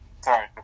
Sorry